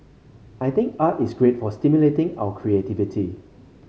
I think art is great for stimulating our creativity